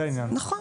זה העניין,